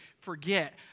forget